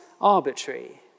arbitrary